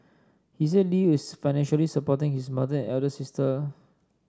he said Lee is financially supporting his mother elder sister